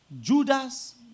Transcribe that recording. Judas